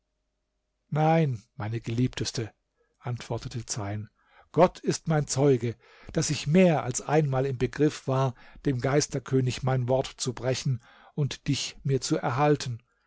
nein meine geliebteste antwortete zeyn gott ist mein zeuge daß ich mehr als einmal im begriff war dem geisterkönig mein wort zu brechen und dich mir zu erhalten